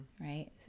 right